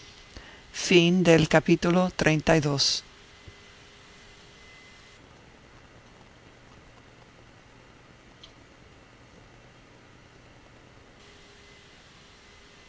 fin del capítulo veinte y